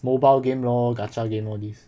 mobile game lor gacha game all these